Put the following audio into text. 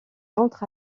entre